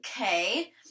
Okay